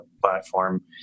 platform